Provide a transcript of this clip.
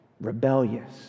rebellious